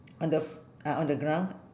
on the fl~ ah on the ground